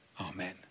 Amen